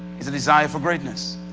is the desire for greatness.